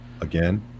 Again